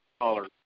caller